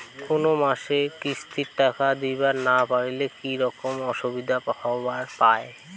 কোনো মাসে কিস্তির টাকা দিবার না পারিলে কি রকম অসুবিধা হবার পায়?